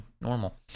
Normal